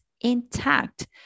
intact